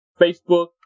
Facebook